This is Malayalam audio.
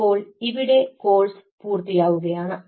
അപ്പോൾ ഇവിടെ കോഴ്സ് പൂർത്തിയാവുകയാണ്